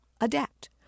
adapt